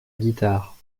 guitare